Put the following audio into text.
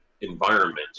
environment